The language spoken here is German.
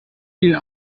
vielen